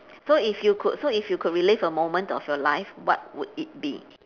so if you could so if you could relive a moment of your life what would it be